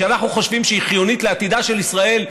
אנחנו חושבים שהיא חיונית לעתידה של ישראל,